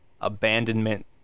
abandonment